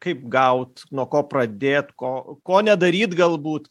kaip gaut nuo ko pradėt ko ko nedaryt galbūt